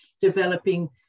developing